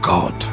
God